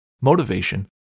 motivation